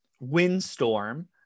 windstorm